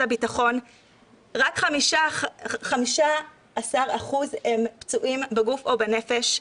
הביטחון רק 15% הם פצועים בגוף או בנפש?